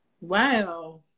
Wow